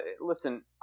listen